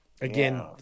Again